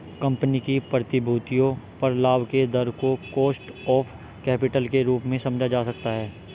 company की प्रतिभूतियों पर लाभ के दर को कॉस्ट ऑफ कैपिटल के रूप में समझा जा सकता है